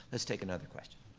let's take another question.